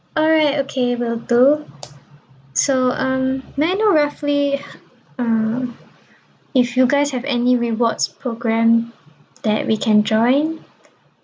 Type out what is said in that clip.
alright okay will do so um may I know roughly mm if you guys have any rewards program that we can join